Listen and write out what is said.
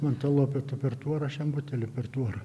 man tą lopetą per tvorą aš jam butelį per tvorą